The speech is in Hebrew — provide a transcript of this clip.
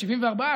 74%,